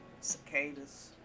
cicadas